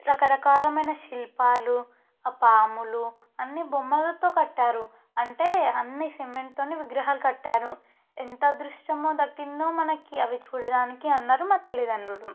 రకరకాలమైన శిల్పాలు ఆ పాములు అన్నీ బొమ్మలతో కట్టారు అంటే అన్నీ సిమెంట్తోనే విగ్రహాలు కట్టారు ఎంత అదృష్టం దక్కిందో మనకి అవి చూడడానికి అని అన్నారు మా తల్లితండ్రులు